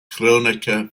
kronecker